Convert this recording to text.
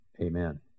Amen